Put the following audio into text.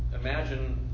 imagine